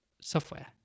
software